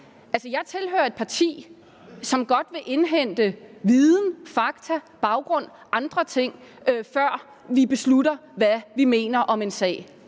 tilhører et parti, som godt vil indhente viden, fakta, baggrund og andre ting, før vi beslutter, hvad vi mener om en sag.